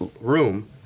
room